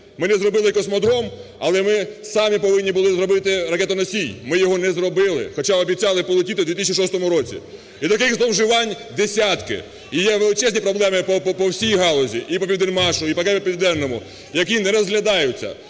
Ми не зробили космодром, але ми самі повинні були зробити ракетоносій, ми його не зробили, хоча обіцяли полетіти в 2006 році. І таких зловживань десятки, і є величезні проблеми по всій галузі. І по "Південмашу", і КБ "Південному", які не розглядаються.